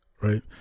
Right